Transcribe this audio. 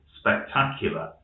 spectacular